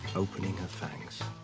opening her fangs.